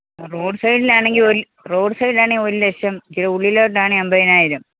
ആ റോഡ് സൈഡിലാണെങ്കിൽ ഒരു റോഡ് സൈഡിലാണ് ഒരു ലക്ഷം ഇച്ചരെ ഉള്ളിലോട്ടാണ് അൻപതിനായിരം